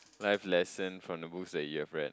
life lesson from the books that you have read